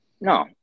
No